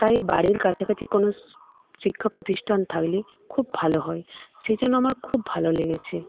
তাই বাড়ির কাছাকাছি কোন শিক্ষা প্রতিষ্ঠান থাকলে খুব ভালো হয় সেই জন্য আমার খুব ভালো লেগেছে